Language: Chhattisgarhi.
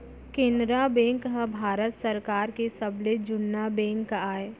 केनरा बेंक ह भारत सरकार के सबले जुन्ना बेंक आय